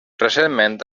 recentment